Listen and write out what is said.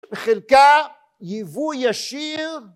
חלקה יבוא ישיר.